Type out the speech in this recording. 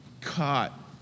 caught